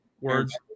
words